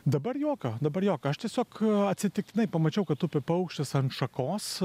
dabar jokio dabar jokio aš tiesiog atsitiktinai pamačiau kad tupi paukštis ant šakos